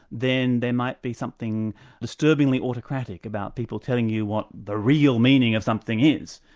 then there might be something disturbingly autocratic about people telling you what the real meaning of something is.